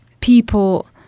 people